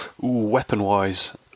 weapon-wise